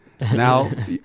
Now